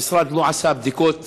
כי המשרד לא עשה בדיקות